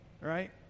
Right